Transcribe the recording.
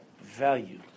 value